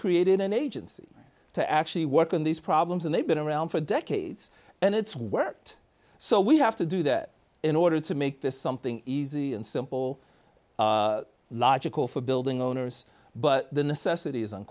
created an agency to actually work on these problems and they've been around for decades and it's worked so we have to do that in order to make this something easy and simple logical for building owners but the necessit